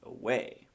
away